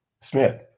smith